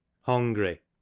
Hungry